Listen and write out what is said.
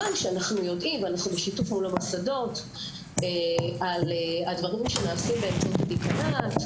אנחנו יודעים על הדברים שנעשים מצד הדיקאנט,